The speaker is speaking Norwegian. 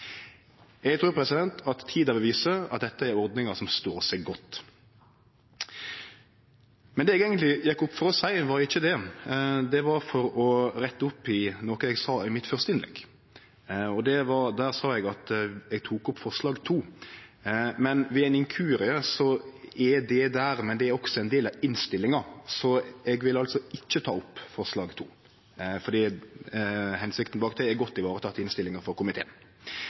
tida vil vise at dette er ordningar som står seg godt. Men det eg eigentleg gjekk opp for å seie, var ikkje det, det var for å rette opp noko eg sa i det første innlegget mitt. Der sa eg at eg tok opp forslag nr. 2. Ved ein inkurie står det der, men det er også ein del av innstillinga. Eg vil altså ikkje ta opp forslag nr. 2, for hensikta bak det er godt vareteke i innstillinga frå komiteen.